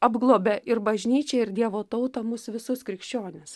apglobia ir bažnyčią ir dievo tautą mus visus krikščionis